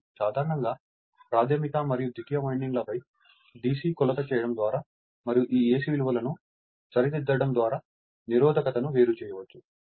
కాబట్టి సాధారణంగా ప్రాధమిక మరియు ద్వితీయ వైన్డింగ్ లపై DC కొలత చేయడం ద్వారా మరియు ఈ AC విలువలను సరిదిద్దడం ద్వారా నిరోధకతను వేరు చేయవచ్చు